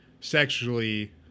sexually